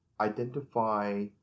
identify